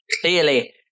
clearly